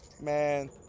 man